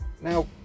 Now